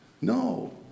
No